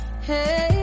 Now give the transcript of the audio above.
hey